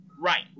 Right